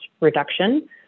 reduction